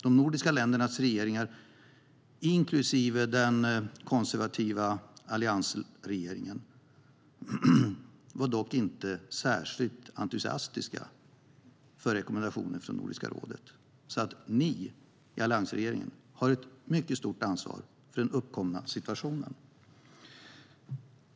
De nordiska ländernas regeringar, inklusive den konservativa alliansregeringen, var dock inte särskilt entusiastiska inför rekommendationen från Nordiska rådet. Ni i alliansregeringen har alltså ett mycket stort ansvar för den uppkomna situationen.